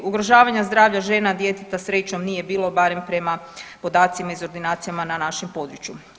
Ugrožavanja zdravlja žena i djeteta srećom nije bilo barem prema podacima iz ordinacijama na našem području.